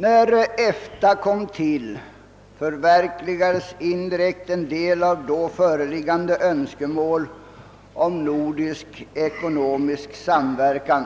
När EFTA kom till stånd förverkligades indirekt en del av då föreliggande önskemål om nordisk. ekonomisk .samver kan.